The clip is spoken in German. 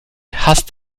hasst